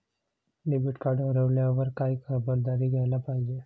Debit card हरवल्यावर काय खबरदारी घ्यायला पाहिजे?